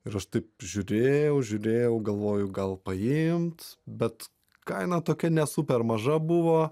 ir aš taip žiūrėjau žiūrėjau galvoju gal paimt bet kaina tokia ne super maža buvo